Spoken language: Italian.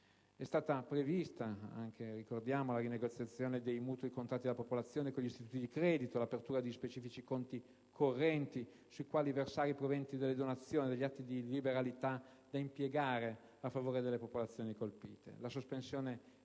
È stata prevista la rinegoziazione dei mutui contratti dalla popolazione con gli istituti di credito e l'apertura di specifici conti correnti bancari sui quali versare i proventi delle donazioni e degli atti di liberalità da impiegare a favore delle popolazioni colpite;